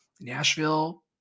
Nashville